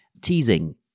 teasing